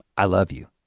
i love you.